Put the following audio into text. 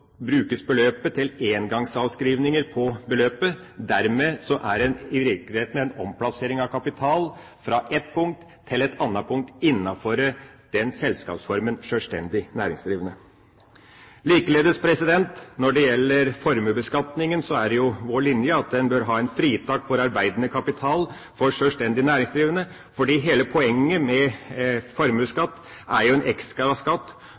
brukes til engangsavskrivninger på beløpet. Dermed er det i virkeligheten en omplassering av kapital fra ett punkt til et annet innenfor selskapsformen sjølvstendig næringsdrivende. Likeledes, når det gjelder formuesbeskatningen, er det jo vår linje at en bør ha et fritak for arbeidende kapital for sjølvstendig næringsdrivende, fordi hele poenget med formuesskatt er jo at det er en